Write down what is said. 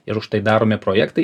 ir už tai daromi projektai